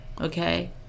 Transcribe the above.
Okay